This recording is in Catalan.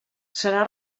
serà